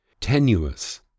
tenuous